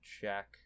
check